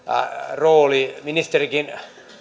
rooli ministerikin